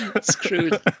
Screwed